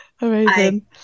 Amazing